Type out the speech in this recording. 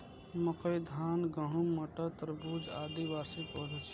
मकई, धान, गहूम, मटर, तरबूज, आदि वार्षिक पौधा छियै